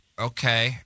Okay